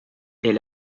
est